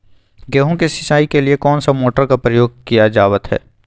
गेहूं के सिंचाई के लिए कौन सा मोटर का प्रयोग किया जावत है?